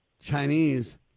Chinese